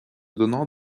donnant